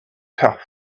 tough